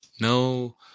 No